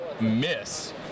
miss